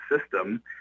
system